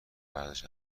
ورزش